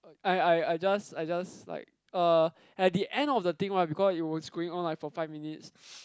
I I I just I just like uh at the end of the thing right because it was going on like for five minutes